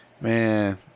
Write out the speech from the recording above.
Man